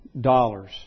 dollars